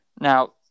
Now